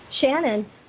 Shannon